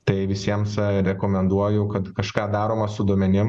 tai visiems rekomenduoju kad kažką daroma su duomenim